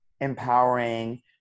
empowering